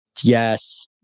Yes